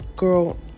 Girl